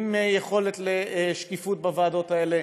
עם יכולת לשקיפות בוועדות האלה,